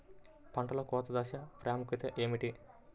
పంటలో కోత దశ ప్రాముఖ్యత ఏమిటి?